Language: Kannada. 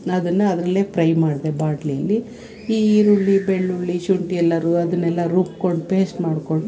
ಅದನ್ನು ಅದರಲ್ಲೇ ಪ್ರೈ ಮಾಡಿದೆ ಬಾಟ್ಲಿಯಲಿ ಈ ಈರುಳ್ಳಿ ಬೆಳ್ಳುಳ್ಳಿ ಶುಂಠಿ ಎಲ್ಲ ರು ಅದನ್ನೆಲ್ಲ ರುಬ್ಕೊಂಡು ಪೇಸ್ಟ್ ಮಾಡಿಕೊಂಡು